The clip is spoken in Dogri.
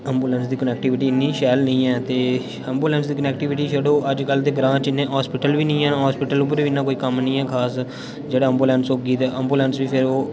एम्बुलेंस दी कनेक्टिविटी इ'न्नी शैल निं ऐ ते एम्बुलेंस दी कनेक्टिविटी चलो अज्ज्कल ते ग्रांऽ च इ'न्ने हॉस्पिटल निं हैन हॉस्पिटल उप्पर बी इ'न्ना कोई क'म्म निं ऐ खास जेह्ड़ा एम्बुलेंस होगी ते एम्बुलेंस बी फिर ओह्